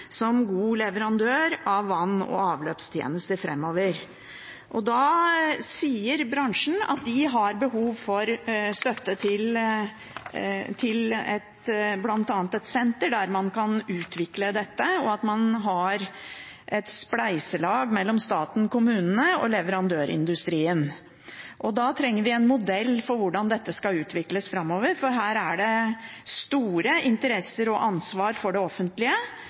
som god leverandør av vann- og avløpstjenester framover. Da sier bransjen at de har behov for støtte til bl.a. et senter der man kan utvikle dette, og at man har et spleiselag mellom staten, kommunene og leverandørindustrien. Da trenger vi en modell for hvordan dette skal utvikles framover, for her er det store interesser og ansvar for det offentlige